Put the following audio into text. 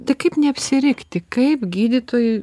tai kaip neapsirikti kaip gydytojui